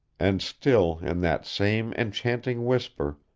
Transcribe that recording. and still in that same enchanting whisper,